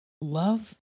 love